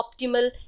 optimal